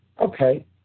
Okay